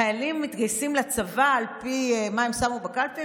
חיילים מתגייסים לצבא על פי מה שהם שמו בקלפי?